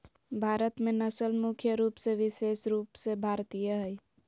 भारत में नस्ल मुख्य रूप से विशेष रूप से भारतीय हइ